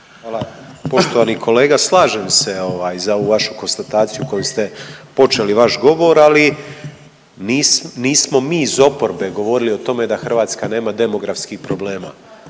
Poštovani kolega, slažem se ovaj, za ovu vašu konstataciju koju ste počeli vaš govor, ali nismo mi iz oporbe govorili o tome da Hrvatska nema demografskih problema.